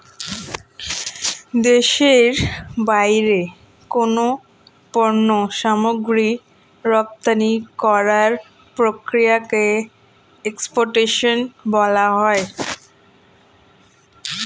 দেশের বাইরে কোনো পণ্য সামগ্রী রপ্তানি করার প্রক্রিয়াকে এক্সপোর্টেশন বলা হয়